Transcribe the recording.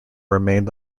remained